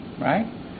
Right